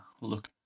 look